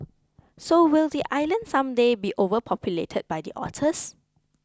so will the island someday be overpopulated by the otters